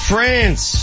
France